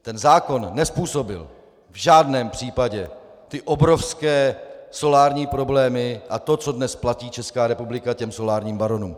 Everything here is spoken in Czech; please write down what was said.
Ten zákon nezpůsobil v žádném případě ty obrovské solární problémy a to, co dnes platí Česká republika solárním baronům.